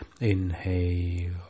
Inhale